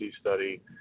study